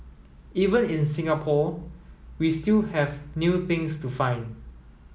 even in Singapore we still have new things to find